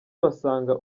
basanga